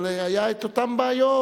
אבל היו אותן בעיות.